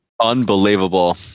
Unbelievable